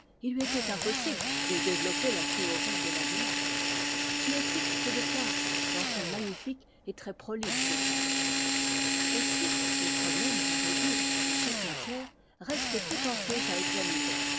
il lui était impossible de développer la théorie de la démarche qui occupe peu de place dans son magnifique et très prolixe ouvrage aussi les problèmes à résoudre en cette matière restent tout entiers à examiner